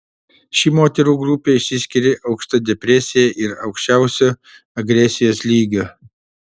ši moterų grupė išsiskiria aukšta depresija ir aukščiausiu agresijos lygiu